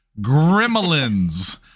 Gremlins